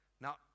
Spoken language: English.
Now